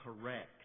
correct